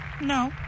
No